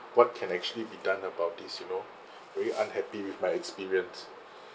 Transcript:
what can actually be done about this you know very unhappy with my experience